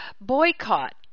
boycott